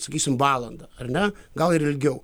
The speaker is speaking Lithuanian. sakysim valandą ar ne gal ir ilgiau